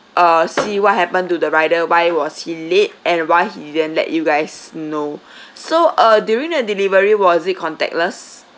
uh see what happened to the rider why was he late and why he didn't let you guys know so uh during the delivery was it contactless